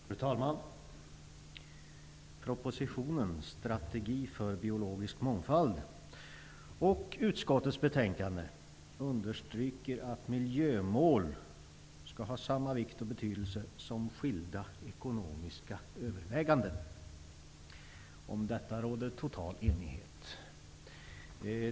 Fru talman! I propositionen Strategi för biologisk mångfald och i utskottets betänkande understryker man att miljömål skall ha samma vikt och betydelse som skilda ekonomiska överväganden. Om detta råder total enighet.